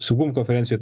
saugumo konferencijoj